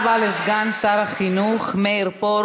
זה בעד מרוקאים,